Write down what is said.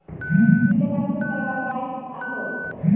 कीटकांचे प्रकार काय आसत?